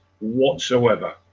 whatsoever